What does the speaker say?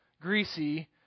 greasy